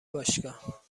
باشگاه